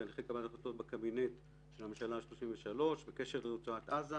תהליכי קבלת החלטות בקבינט של הממשלה ה-33 בקשר לרצועת עזה.